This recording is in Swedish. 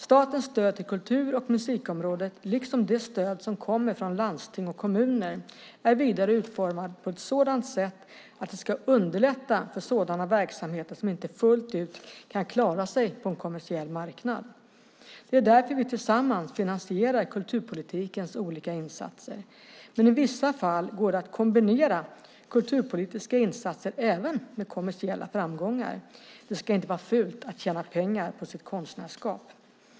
Statens stöd till kultur och musikområdet, liksom det stöd som kommer från landsting och kommuner, är vidare utformat på ett sådant sätt att det ska underlätta för sådana verksamheter som inte fullt ut kan klara sig på en kommersiell marknad. Det är därför vi tillsammans finansierar kulturpolitikens olika insatser. Men i vissa fall går det att kombinera kulturpolitiska insatser även med kommersiella framgångar. Det ska inte vara fult att tjäna pengar på sitt konstnärskap.